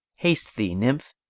haste thee, nymph,